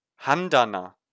Handana